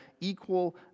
equal